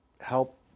help